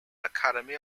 academy